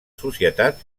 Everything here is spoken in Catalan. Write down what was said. societat